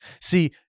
See